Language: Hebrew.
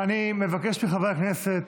אני מבקש מחברי הכנסת,